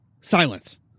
silence